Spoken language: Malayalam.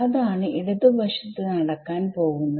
അതാണ് ഇടത് വശത്തു നടക്കാൻ പോവുന്നത്